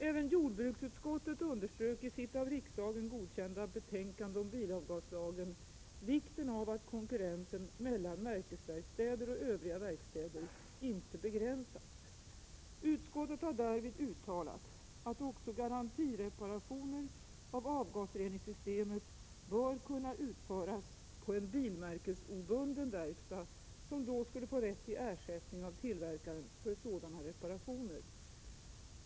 Även jordbruksutskottet underströk i sitt av riksdagen godkända betänkande om bilavgaslagen vikten av att konkurrensen mellan märkesverkstäder och övriga verkstäder inte begränsas. Utskottet har därvid uttalat att också garantireparationer av avgasreningssystemet bör kunna utföras på en ”bilmärkesobunden” verkstad som då skulle få rätt till ersättning av tillverkaren för sådana reparationer.